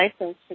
license